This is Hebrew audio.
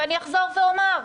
ואני אחזור ואומר,